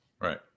Right